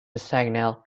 signal